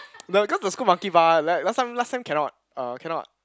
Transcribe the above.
no the cause the school Monkey Bar like last time last time cannot uh cannot